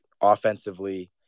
offensively